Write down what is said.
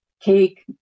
cake